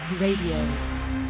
RADIO